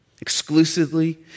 Exclusively